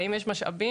האם יש לו משאבים,